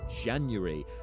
January